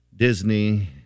Disney